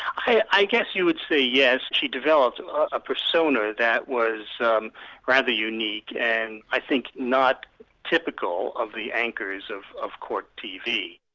i guess you would say yes. she developed and a persona that was um rather unique, unique, and i think not typical of the anchors of of court tv.